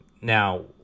now